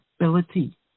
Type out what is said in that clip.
ability